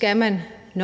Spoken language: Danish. kan jeg kun